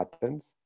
patterns